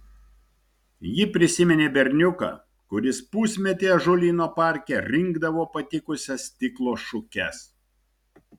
ji prisiminė berniuką kuris pusmetį ąžuolyno parke rinkdavo patikusias stiklo šukes